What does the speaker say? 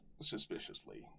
suspiciously